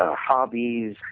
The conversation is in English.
ah hobbies,